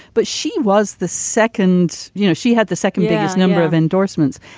but she was the second. you know, she had the second biggest number of endorsements.